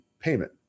payment